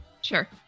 Sure